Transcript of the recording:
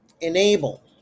enable